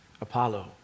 Apollo